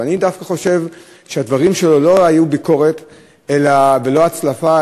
ואני דווקא חושב שהדברים שלו לא היו ביקורת ולא הצלפה,